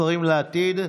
השרים לעתיד,